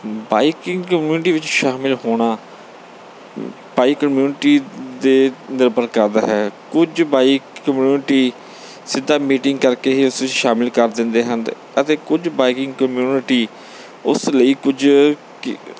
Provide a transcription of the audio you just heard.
biking community ਵਿੱਚ ਸ਼ਾਮਿਲ ਹੋਣਾ ਬਾਈਕ ਕਮਿਊਨਿਟੀ ਦੇ ਨਿਰਭਰ ਕਰਦਾ ਹੈ ਕੁਝ ਬਾਈਕ ਕਮਿਊਨਿਟੀ ਸਿੱਧਾ ਮੀਟਿੰਗ ਕਰਕੇ ਹੀ ਉਸ ਵਿੱਚ ਸ਼ਾਮਿਲ ਕਰ ਦਿੰਦੇ ਹਨ ਅਤੇ ਕੁਝ ਬਾਈਕਿੰਗ ਕਮਿਊਨਿਟੀ ਉਸ ਲਈ ਕੁਝ ਕੀ